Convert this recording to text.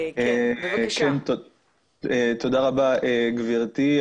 תודה רבה גברתי.